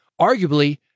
arguably